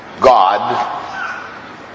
God